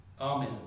Amen